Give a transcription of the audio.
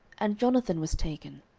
and jonathan was taken.